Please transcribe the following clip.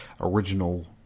original